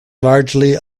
largely